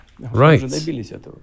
Right